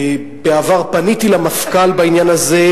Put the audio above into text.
בעבר פניתי למפכ"ל בעניין הזה,